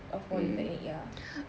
of polytechnic ya